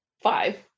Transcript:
five